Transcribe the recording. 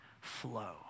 flow